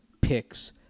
picks